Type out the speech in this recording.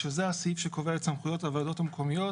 שזה הסעיף שקובע את סמכויות הוועדות המקומיות,